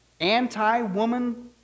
anti-woman